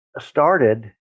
started